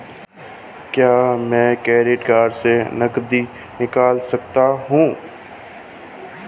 क्या मैं credit card से नकद निकाल सकता हूँ?